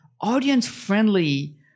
audience-friendly